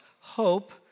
Hope